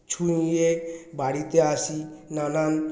ছুঁইয়ে বাড়িতে আসি নানান